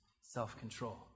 self-control